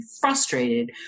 frustrated